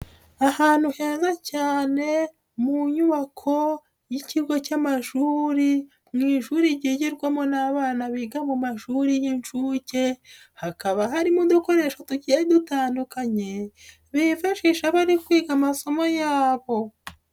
Ahantu heza cyane mu nyubako y'ikigo cy'amashuri mu ishuri ryigirwamo n'abana biga mu mashuri y'inshuke, hakaba harimo udukoresho tugiye dutandukanye, bifashisha bari kwiga amasomo yabo.